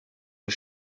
was